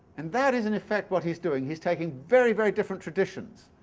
and that is in effect what he's doing. he is taking very, very different traditions,